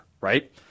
right